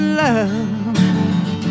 love